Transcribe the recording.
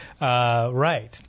Right